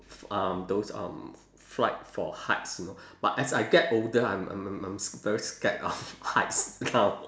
um those um fright for heights you know but as I get older I'm I'm I'm I'm sc~ very scared of heights now